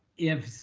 if it's,